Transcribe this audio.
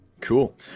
Cool